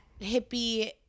hippie